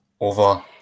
over